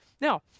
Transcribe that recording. Now